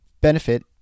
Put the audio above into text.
benefit